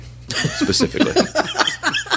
specifically